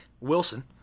Wilson